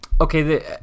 okay